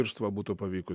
irštva būtų paveikus